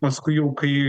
paskui jau kai